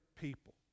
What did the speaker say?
people